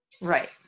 right